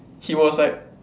he was like